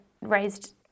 raised